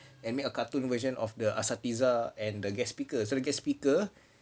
and make a cartoon version of the asatizah and the guest speaker so the guest speaker